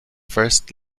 first